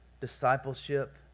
discipleship